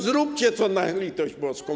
Zróbcie coś, na litość boską.